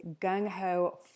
gung-ho